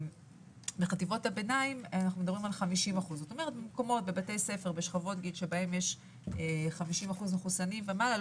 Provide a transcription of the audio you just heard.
ובחטיבות הביניים אנחנו מדברים על 50%. בשכבות גיל אלה שבהם יש 50% מחוסנים ומעלה,